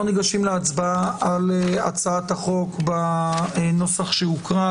אנחנו ניגשים להצבעה על הצעת החוק בנוסח שהוקרא.